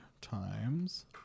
Times